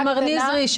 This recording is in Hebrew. מר נזרי,